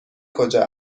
کجا